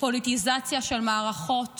פוליטיזציה של מערכות